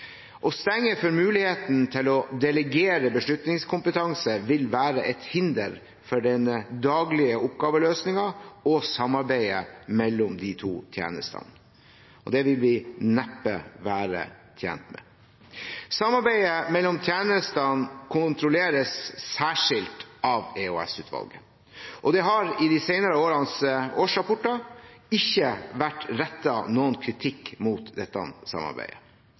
Å stenge for muligheten til å delegere beslutningskompetanse vil være et hinder for den daglige oppgaveløsningen og samarbeidet mellom de to tjenestene. Det vil vi neppe være tjent med. Samarbeidet mellom tjenestene kontrolleres særskilt av EOS-utvalget. Det har i de senere årenes årsrapporter ikke vært rettet noen kritikk mot dette samarbeidet.